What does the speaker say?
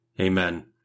Amen